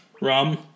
rum